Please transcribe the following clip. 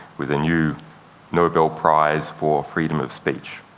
with a new nobel prize for freedom of speech.